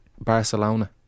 Barcelona